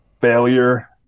failure